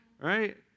Right